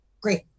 Great